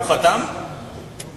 הוא חתם, הוא חתם.